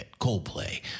Coldplay